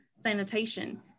sanitation